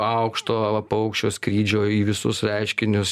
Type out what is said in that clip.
aukšto paukščio skrydžio į visus reiškinius